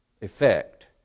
effect